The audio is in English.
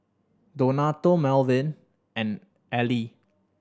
Donato Melvin and Ally